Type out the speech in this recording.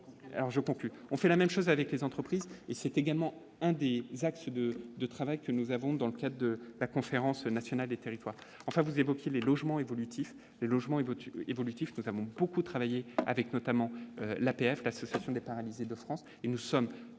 alors je pense qu'on fait la même chose avec les entreprises et c'est également un des axes de de travail que nous avons dans le cadre de la conférence nationale des territoires, enfin vous évoquiez les logements évolutifs logement et évolutif notamment beaucoup travaillé avec notamment l'APF, l'Association des paralysés de France et nous sommes